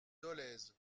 dolez